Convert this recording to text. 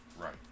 Right